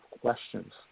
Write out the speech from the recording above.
questions